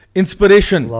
inspiration